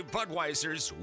Budweiser's